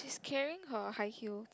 carrying her high heel